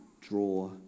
draw